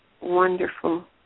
wonderful